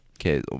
Okay